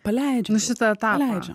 paleidžiam šitą etapą paleidžiam